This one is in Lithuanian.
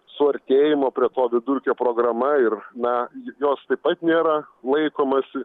suartėjimo prie to vidurkio programa ir na j jos taip pat nėra laikomasi